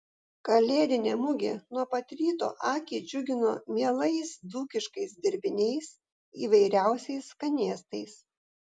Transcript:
kalėdinė mugė nuo pat ryto akį džiugino mielais dzūkiškais dirbiniais įvairiausiais skanėstais